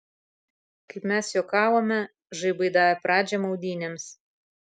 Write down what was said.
kaip mes juokavome žaibai davė pradžią maudynėms